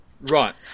Right